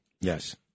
Yes